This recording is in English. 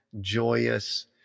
joyous